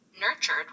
nurtured